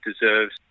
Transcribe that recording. deserves